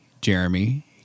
Jeremy